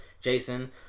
Jason